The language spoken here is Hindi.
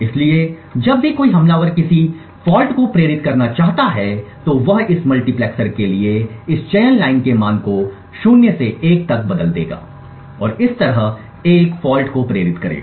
इसलिए जब भी कोई हमलावर किसी गलती को प्रेरित करना चाहता है तो वह इस मल्टीप्लेक्सर के लिए इस चयन लाइन के मान को 0 से 1 तक बदल देगा और इस तरह एक गलती को प्रेरित करेगा